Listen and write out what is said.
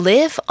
Live